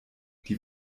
die